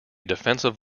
defensive